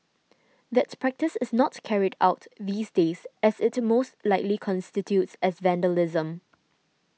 that practice is not carried out these days as it most likely constitutes as vandalism